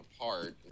apart